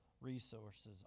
resources